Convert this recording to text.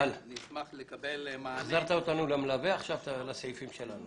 החזרת אותנו למלווה, עכשיו לסעיפים שלנו.